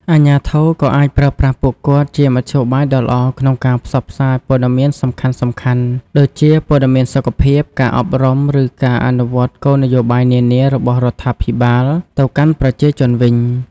អាជ្ញាធរក៏អាចប្រើប្រាស់ពួកគាត់ជាមធ្យោបាយដ៏ល្អក្នុងការផ្សព្វផ្សាយព័ត៌មានសំខាន់ៗ ដូចជាព័ត៌មានសុខភាព ការអប់រំ ឬអនុវត្តគោលនយោបាយនានារបស់រដ្ឋាភិបាលទៅកាន់ប្រជាជនវិញ។